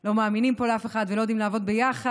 ולא מאמינים פה לאף אחד ולא יודעים לעבוד ביחד,